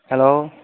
hello